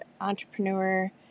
entrepreneur